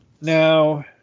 now